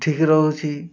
ଠିକ୍ ରହୁଛି